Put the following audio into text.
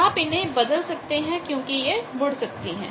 आप इन्हें बदल सकते हैं क्योंकि यह मुड़ सकती हैं